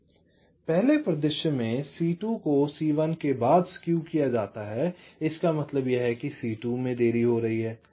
पहले परिदृश्य में C2 को C1 के बाद स्केव किया जाता है इसका मतलब है कि C2 में देरी हो रही है